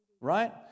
Right